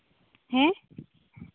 ᱦᱮᱸ